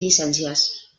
llicències